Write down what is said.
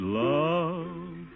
love